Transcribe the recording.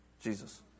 Jesus